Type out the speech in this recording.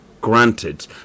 granted